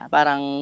Parang